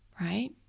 Right